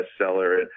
bestseller